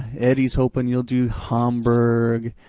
eddie's hoping you'll do homberg,